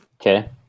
Okay